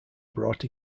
brought